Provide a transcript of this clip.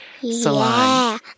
Salon